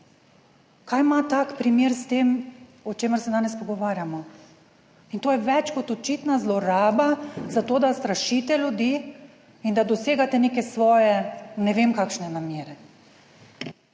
Kaj ima tak primer s tem, o čemer se danes pogovarjamo? In to je več kot očitna zloraba za to, da strašite ljudi in da dosegate neke svoje, ne vem kakšne namere.